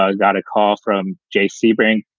ah got a call from jay sebring,